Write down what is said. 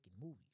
movies